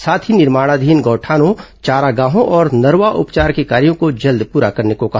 साथ ही निर्माणाधीन गौठानों चारागाहों और नरवा उपचार के कार्यों को जल्द पूरा करने का कहा